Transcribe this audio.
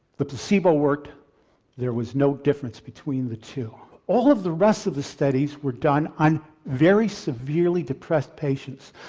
the placebo worked there was no difference between the two. all of the rest of the studies were done on very severely depressed patients.